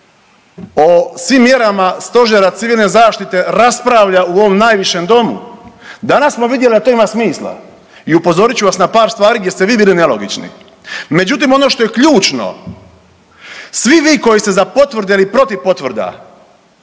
o svim mjerama stožera civilne zaštite raspravlja u ovom najvišem domu. Danas smo vidjeli da to ima smisla i upozorit ću vas na par stvari gdje ste …/Govornik se ne razumije/… nelogični. Međutim, ono što je ključno svi vi koji ste za potvrde ili protiv potvrda